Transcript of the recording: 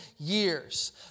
Years